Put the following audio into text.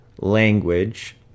language